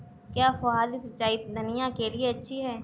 क्या फुहारी सिंचाई धनिया के लिए अच्छी होती है?